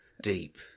Deep